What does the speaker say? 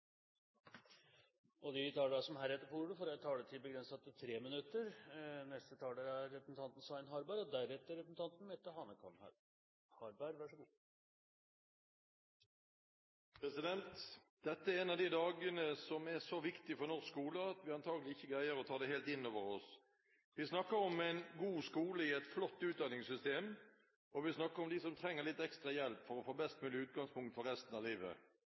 De talere som heretter får ordet, har en taletid begrenset til 3 minutter. Dette er en av de dagene som er så viktig for norsk skole at vi antagelig ikke greier å ta det helt inn over oss. Vi snakker om en god skole i et flott utdanningssystem, og vi snakker om dem som trenger litt ekstra hjelp for å få best mulig utgangspunkt for resten av livet.